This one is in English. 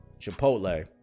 Chipotle